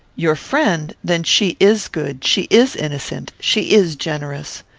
your friend? then she is good she is innocent she is generous.